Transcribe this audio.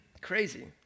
Crazy